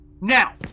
Now